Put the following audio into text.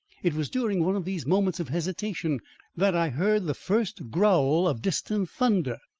it was during one of these moments of hesitation that i heard the first growl of distant thunder.